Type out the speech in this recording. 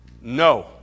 No